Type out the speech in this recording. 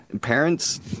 parents